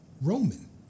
Roman